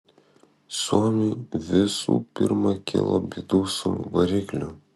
suomiui visų pirma kilo bėdų su varikliu